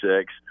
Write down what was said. six